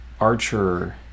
Archer